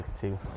two